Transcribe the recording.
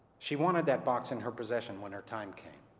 she wanted that box in her possession when her time came.